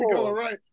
right